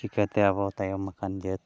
ᱪᱮᱠᱟᱛᱮ ᱟᱵᱚ ᱛᱟᱭᱚᱢ ᱟᱠᱟᱱ ᱡᱟᱹᱛ